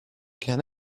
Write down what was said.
can